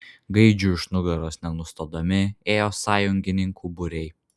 gaidžiui už nugaros nesustodami ėjo sąjungininkų būriai